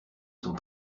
sont